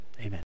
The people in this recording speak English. Amen